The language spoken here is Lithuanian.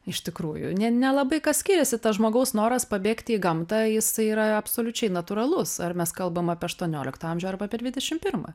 iš tikrųjų ne nelabai kas skiriasi tas žmogaus noras pabėgti į gamtą jisai yra absoliučiai natūralus ar mes kalbam apie aštuonioliktą amžių arba apie dvidešim pirmą